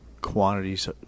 quantities